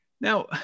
Now